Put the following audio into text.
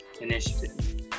initiative